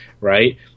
right